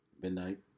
midnight